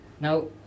Now